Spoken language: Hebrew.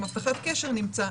גם הבטחת קשר נמצא.